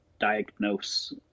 diagnose